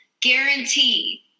guarantee